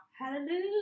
Hallelujah